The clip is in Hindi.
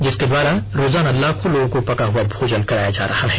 जिनके द्वारा रोजाना लाखों लोगों को पका हुआ भोजन कराया जा रहा है